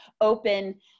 open